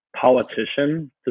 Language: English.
politician